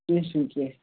کیٚنٛہہ چھُنہٕ کیٚنٛہہ